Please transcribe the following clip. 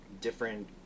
different